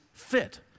fit